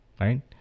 right